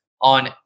on